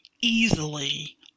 easily